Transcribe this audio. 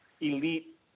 elite